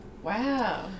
Wow